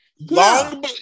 long